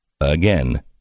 again